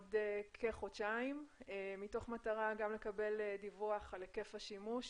בעוד כחודשיים מתוך מטרה לקבל דיווח על היקף השימוש,